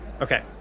Okay